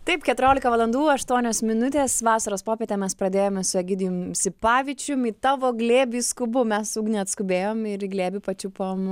taip keturiolika valandų aštuonios minutės vasaros popietę mes pradėjome su egidijum sipavičium į tavo glėbį skubu mes su ugne atskubėjom ir į glėbį pačiupom